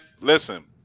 listen